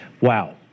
wow